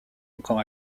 encore